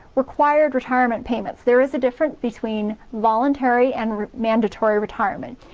required retirement payments? there is a difference between voluntary and mandatory retirement.